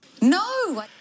No